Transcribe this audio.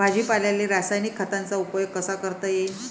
भाजीपाल्याले रासायनिक खतांचा उपयोग कसा करता येईन?